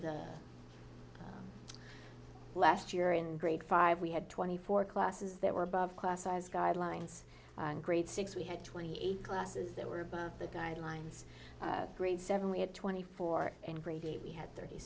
the last year in grade five we had twenty four classes that were above class size guidelines and grade six we had twenty eight classes that were above the guidelines grade seven we had twenty four and grade eight we had thirty